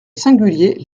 singulier